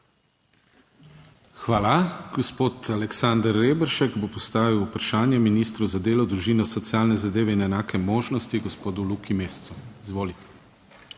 Hvala. Gospod Aleksander Reberšek bo postavil vprašanje ministru za delo, družino, socialne zadeve in enake možnosti gospodu Luki Mescu. Izvoli.